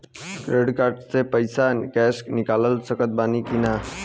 Credit card से पईसा cash निकाल सकत बानी की ना?